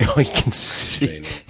i can see.